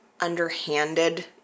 underhanded